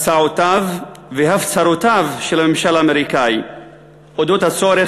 הצעותיו והפצרותיו של הממשל האמריקני בדבר הצורך